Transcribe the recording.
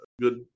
good